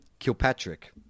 Kilpatrick